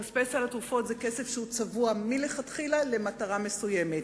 כספי סל התרופות הם כסף שהוא צבוע מלכתחילה למטרה מסוימת.